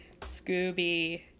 Scooby